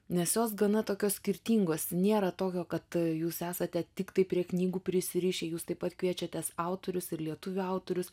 nes jos gana tokios skirtingos nėra tokio kad jūs esate tiktai prie knygų prisirišę jūs taip pat kviečiatės autorius ir lietuvių autorius